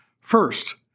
First